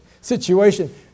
situation